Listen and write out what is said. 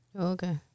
Okay